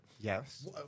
Yes